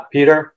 Peter